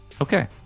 okay